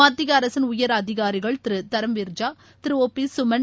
மத்திய அரசின் உயர் அதிகாரிகள் திரு தரம்வீர் ஜா திரு ஒ பி சுமன்